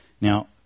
Now